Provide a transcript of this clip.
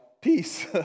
peace